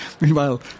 Meanwhile